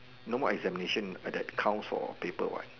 no more examination that counts for paper what